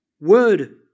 word